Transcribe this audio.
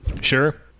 Sure